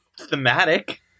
thematic